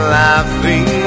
laughing